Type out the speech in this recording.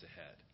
ahead